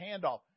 handoff